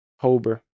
Hober